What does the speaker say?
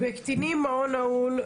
בקטינים מעון נעול,